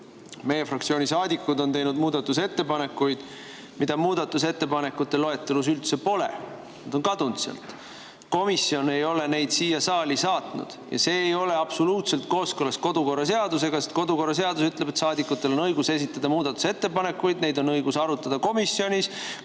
meie fraktsiooni saadikud on teinud muudatusettepanekuid, mida muudatusettepanekute loetelus üldse pole, nad on sealt kadunud. Komisjon ei ole neid siia saali saatnud. See ei ole absoluutselt kooskõlas kodukorraseadusega. Kodukorraseadus ütleb, et saadikutel on õigus esitada muudatusettepanekuid ja neid on õigus arutada komisjonis,